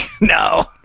no